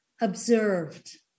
observed